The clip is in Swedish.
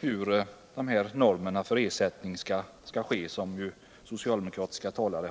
hur det skall bli med normerna för ersättning. Detta har här tidigare framhållits av socialdemokratiska talare.